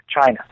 China